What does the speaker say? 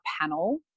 panel